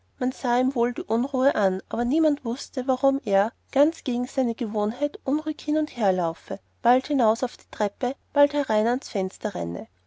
ihm wohl die unruhe an aber niemand wußte warum er ganz gegen seine gewohnheit unruhig hin und herlaufe bald hinaus auf die treppe bald herein ans fenster renne